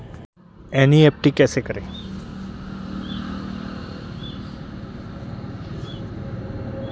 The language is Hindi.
एन.ई.एफ.टी कैसे करें?